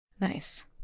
Nice